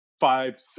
five